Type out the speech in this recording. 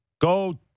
Go